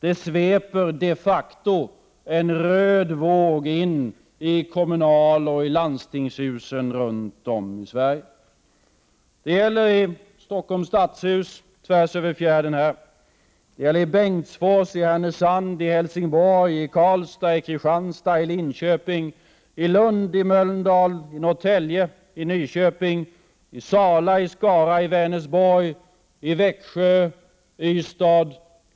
Det sveper de facto en röd våg över kommunaloch landstingshusen runt om i Sverige. Det gäller Stockholms stadshus tvärs över fjärden härifrån. Det gäller Bengtsfors, Härnösand, Helsingborg, Karlstad, Kristianstad, Linköping, Lund, Mölndal, Norrtälje, Nyköping, Sala, Skara, Vänersborg, Växjö och Ystad.